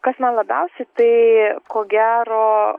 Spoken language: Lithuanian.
kas man labiausiai tai ko gero